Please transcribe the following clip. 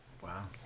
Wow